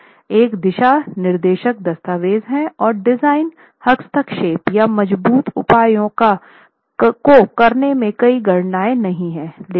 यह एक दिशा निर्देश दस्तावेज़ है और डिज़ाइन हस्तक्षेप या मजबूत उपायों को करने में कई गणनाएं नहीं हैं